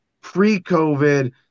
pre-COVID